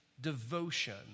devotion